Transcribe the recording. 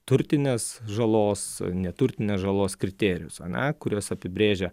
turtinės žalos neturtinės žalos kriterijus ane kuriuos apibrėžia